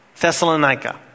Thessalonica